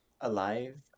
alive